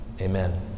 Amen